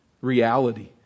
reality